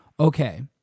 Okay